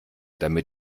damit